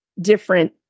different